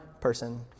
person